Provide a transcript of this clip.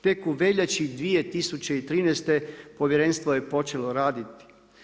Tek u veljači 2013. povjerenstvo je počelo raditi.